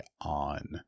on